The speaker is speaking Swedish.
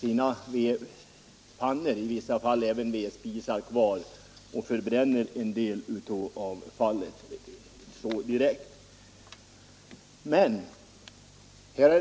I vissa fall förbränner man avfallet direkt i vedpannor och vedspisar.